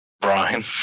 Brian